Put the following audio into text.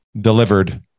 delivered